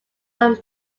long